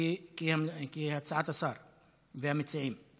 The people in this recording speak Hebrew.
כהצעת השר והמציעים.